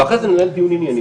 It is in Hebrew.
ואחרי זה ננהל דיון ענייני,